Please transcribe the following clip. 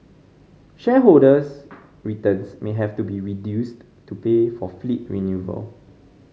shareholders returns may have to be reduced to pay for fleet renewal